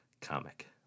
comic